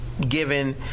given